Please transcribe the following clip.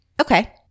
Okay